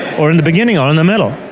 or in the beginning, or in the middle.